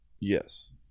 Yes